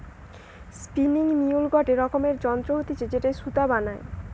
spinning mule গটে রকমের যন্ত্র হতিছে যেটায় সুতা বানায়